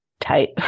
tight